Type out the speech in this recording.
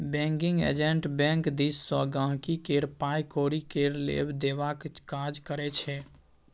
banking agent bank दिस सँ गांहिकी केर पाइ कौरी केर लेब देबक काज करै छै